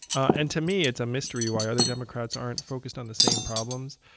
and to me, it's a mystery why other democrats aren't focused on the same problems.